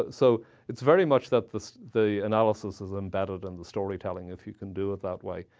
so it's very much that the the analysis is embedded in the storytelling, if you can do it that way.